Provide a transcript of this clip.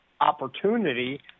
opportunity